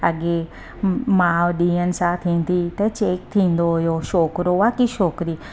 अॻिए माउ ॾींहंनि सां थींदी हुई त चैक थींदो हुयो छोकिरो आहे की छोकिरी